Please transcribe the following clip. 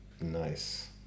Nice